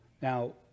Now